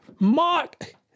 Mark